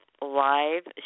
live